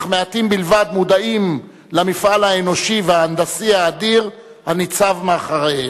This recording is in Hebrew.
אך מעטים בלבד מודעים למפעל האנושי וההנדסי האדיר הניצב מאחוריהם.